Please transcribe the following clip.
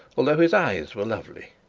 although his eyes were lovely.